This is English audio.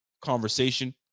conversation